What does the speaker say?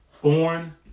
Born